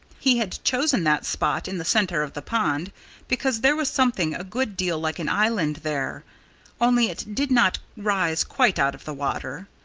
he had chosen that spot in the center of the pond because there was something a good deal like an island there only it did not rise quite out of the water.